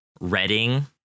Reading